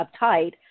uptight